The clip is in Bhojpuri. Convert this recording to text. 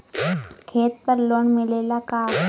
खेत पर लोन मिलेला का?